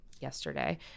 yesterday